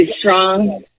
strong